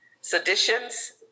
seditions